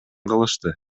кылышты